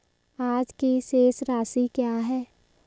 आज की शेष राशि क्या है?